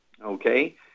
okay